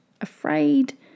afraid